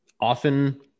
often